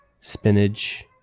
spinach